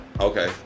Okay